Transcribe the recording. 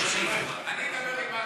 אני אדבר עם אכרם.